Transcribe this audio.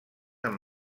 amb